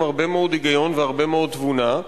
הרבה מאוד היגיון והרבה מאוד תבונה.